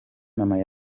mama